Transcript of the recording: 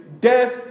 death